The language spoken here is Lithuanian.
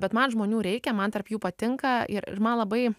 bet man žmonių reikia man tarp jų patinka ir labai